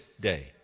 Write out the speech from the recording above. day